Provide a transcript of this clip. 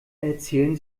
erzählen